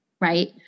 right